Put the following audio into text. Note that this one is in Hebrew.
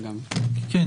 27